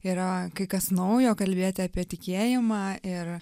yra kai kas naujo kalbėti apie tikėjimą ir